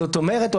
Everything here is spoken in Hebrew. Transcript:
זאת אומרת,